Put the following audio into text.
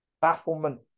bafflement